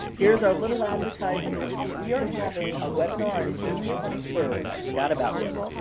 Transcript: here's our little advertisement. we are having a webinar on june twenty third. i forgot about this.